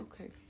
Okay